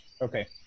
Okay